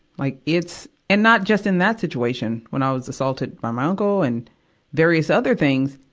like, it's and not just in that situation. when i was assaulted by my uncle and various other things.